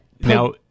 now